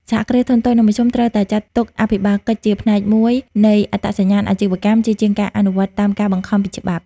សហគ្រាសធុនតូច និងមធ្យម ត្រូវតែចាត់ទុកអភិបាលកិច្ចជាផ្នែកមួយនៃ "អត្តសញ្ញាណអាជីវកម្ម" ជាជាងការអនុវត្តតាមការបង្ខំពីច្បាប់។